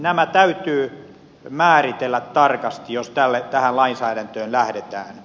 nämä täytyy määritellä tarkasti jos tähän lainsäädäntöön lähdetään